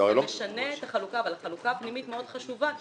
זה משנה את החלוקה אבל החלוקה הפנימית מאוד חשובה.